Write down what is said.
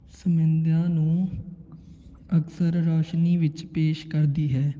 ਸਮਿੰਦਿਆ ਨੂੰ ਅਕਸਰ ਰੌਸ਼ਨੀ ਵਿੱਚ ਪੇਸ਼ ਕਰਦੀ ਹੈ